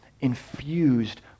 infused